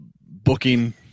booking